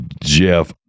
jeff